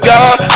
God